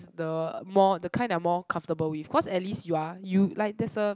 the more the kind that I'm more comfortable with cause at least you're you like there's a